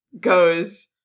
goes